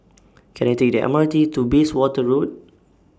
Can I Take The M R T to Bayswater Road